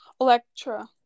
Electra